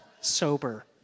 sober